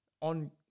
on